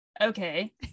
okay